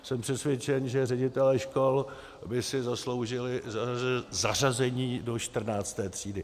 Jsem přesvědčen, že ředitelé škol by si zasloužili zařazení do 14. třídy.